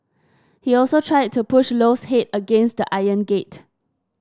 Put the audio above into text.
he also tried to push Loy's head against an iron gate